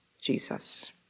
Jesus